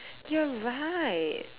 you're right